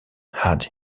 had